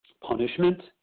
punishment